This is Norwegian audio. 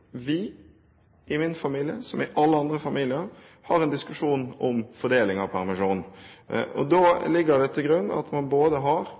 vi i min familie, som i alle andre familier, har en diskusjon om fordeling av permisjon. Da ligger det til grunn at man har